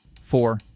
four